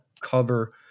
cover